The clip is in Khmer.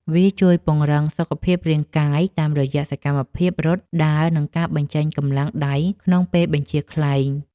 វាជួយពង្រឹងសុខភាពរាងកាយតាមរយៈសកម្មភាពរត់ ដើរ និងការបញ្ចេញកម្លាំងដៃក្នុងពេលបញ្ជាខ្លែង។